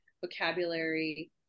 vocabulary